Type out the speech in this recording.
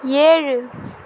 ஏழு